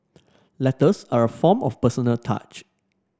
letters are a form of personal touch